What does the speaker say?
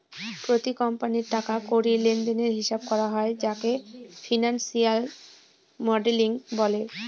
প্রতি কোম্পানির টাকা কড়ি লেনদেনের হিসাব করা হয় যাকে ফিনান্সিয়াল মডেলিং বলে